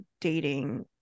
dating